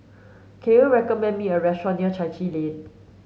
can you recommend me a restaurant near Chai Chee Lane